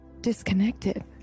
disconnected